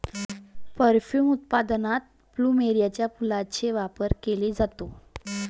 perfume उत्पादनात प्लुमेरियाच्या फुलांचा वापर केला जातो